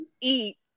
eat